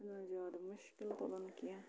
زیادٕ مُشکِل تُلان کینٛہہ